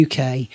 uk